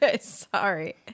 sorry